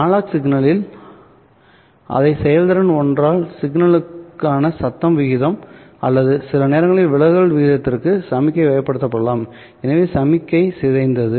analogue சிக்னலில் அதை செயல்திறன் ஒன்றால் சிக்னலுக்கான சத்தம் விகிதம் அல்லது சில நேரங்களில் விலகல் விகிதத்திற்கு சமிக்ஞை வகைப்படுத்தலாம் எனவே சமிக்ஞை சிதைந்தது